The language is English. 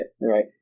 Right